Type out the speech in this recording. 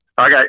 okay